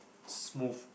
smooth